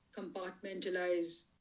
compartmentalize